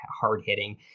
hard-hitting